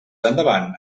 endavant